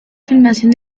filmación